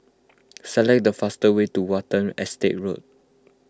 select the fastest way to Watten Estate Road